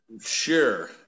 sure